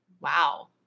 Wow